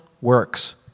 works